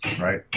right